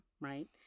right